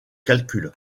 calcul